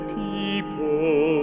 people